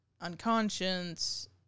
unconscious